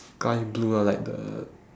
guy in blue ah like the